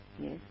Yes